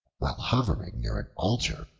while hovering near an altar,